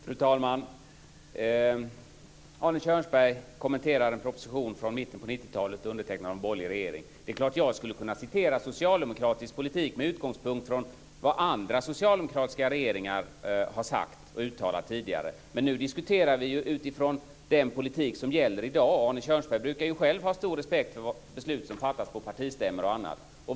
Fru talman! Arne Kjörnsberg kommenterar en proposition från mitten på 90-talet undertecknad av en borgerlig regering. Det är klart att jag skulle kunna citera socialdemokratisk politik med utgångspunkt från vad andra socialdemokratiska regeringar har uttalat tidigare. Men nu diskuterar vi utifrån den politik som gäller i dag. Arne Kjörnsberg brukar ju själv ha stor respekt för beslut som fattas på partistämmor och annat.